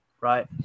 right